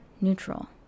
neutral